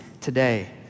today